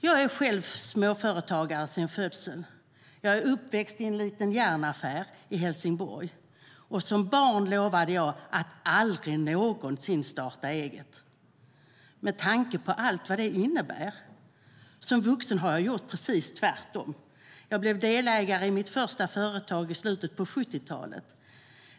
Jag är själv småföretagare sedan födseln. Jag är uppväxt i en liten järnaffär i Helsingborg. Som barn lovade jag att aldrig någonsin starta eget, med tanke på allt vad det innebär. Som vuxen har jag gjort precis tvärtom: Jag blev delägare i mitt första företag i slutet av 1970-talet.